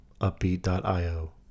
upbeat.io